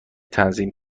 تنظیم